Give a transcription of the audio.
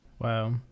Wow